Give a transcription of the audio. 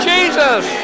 Jesus